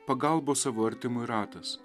pagalbos savo artimui ratas